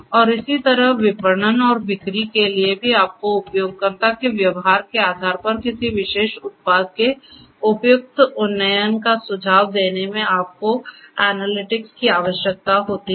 और इसी तरह विपणन और बिक्री के लिए भी आपको उपयोगकर्ता के व्यवहार के आधार पर किसी विशेष उत्पाद के उपयुक्त उन्नयन का सुझाव देने में आपको एनालिटिक्स की आवश्यकता होती है